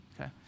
okay